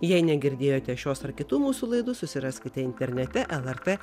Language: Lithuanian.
jei negirdėjote šios ar kitų mūsų laidų susiraskite internete lrt